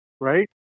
Right